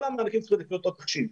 המענקים צריכים להיות לפי אותו תחשיב.